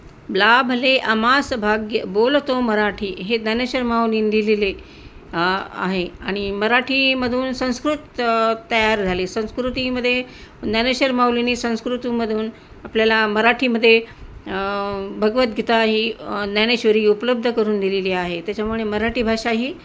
लाभले आम्हास भाग्य बोलतो मराठी हे ज्ञानेश्वर माऊलीने लिहिलेले आहे आणि मराठीमधून संस्कृत तयार झाले संस्कृतीमध्ये ज्ञानेश्वर माऊलीनी संस्कृतमधून आपल्याला मराठीमध्ये भगवद्गीता ही ज्ञानेश्वरी उपलब्ध करून दिलेली आहे त्याच्यामुळे मराठी भाषा ही